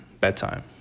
bedtime